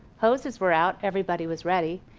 hoses were out, everybody was ready.